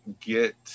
get